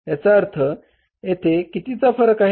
याचा अर्थ येथे कितीचा फरक आहे